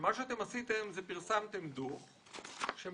שמה שאתם עשיתם זה פרסמתם דוח שמטרתו,